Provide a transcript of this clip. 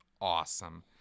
awesome